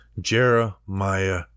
jeremiah